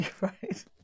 Right